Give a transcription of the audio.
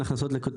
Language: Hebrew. הבא.